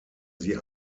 sie